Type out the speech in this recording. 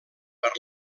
per